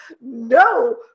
no